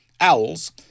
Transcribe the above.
owls